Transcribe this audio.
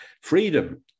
freedom